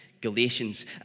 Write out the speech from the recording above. Galatians